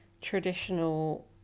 traditional